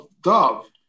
dove